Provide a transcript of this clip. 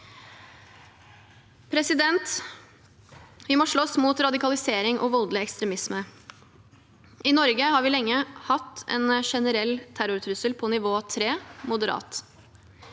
møteplasser. Vi må slåss mot radikalisering og voldelig ekstremisme. I Norge har vi lenge hatt en generell terrortrussel på nivå 3, moderat.